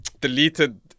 deleted